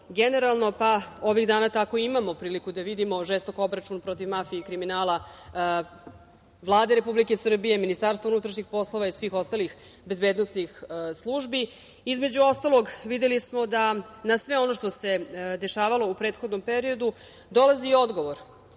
generalno, pa ovih dana tako imamo priliku da vidimo žestok obračun protiv mafije i kriminala, Vlade Republike Srbije, MUP i svih ostalih bezbednosnih službi. Između ostalog videli smo da na sve ono što se dešavalo u prethodnom periodu dolazi odgovor.